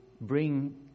bring